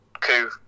coup